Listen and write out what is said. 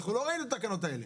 אנחנו לא ראינו את התקנות האלה.